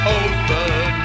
open